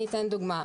לדוגמה,